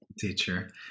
teacher